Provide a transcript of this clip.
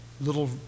little